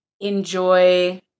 enjoy